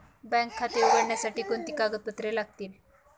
Bank खाते उघडण्यासाठी कोणती कागदपत्रे लागतील?